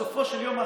בסופו של יום,